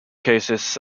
cases